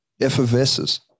effervesces